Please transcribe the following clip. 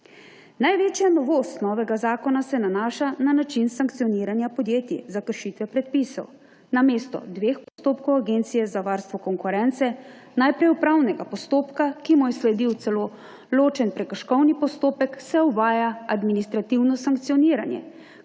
Največja novost novega zakona se nanaša na način sankcioniranja podjetij za kršitve predpisov. Namesto dveh postopkov Agencije za varstvo konkurence, najprej upravnega postopka, ki mu je sledil celo ločen prekrškovni postopek, se uvaja administrativno sankcioniranje,